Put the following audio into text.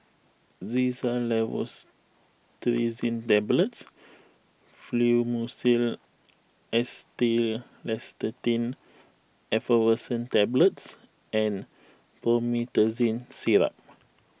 Xyzal Levocetirizine Tablets Fluimucil Acetylcysteine Effervescent Tablets and Promethazine Syrup